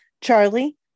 Charlie